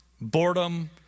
boredom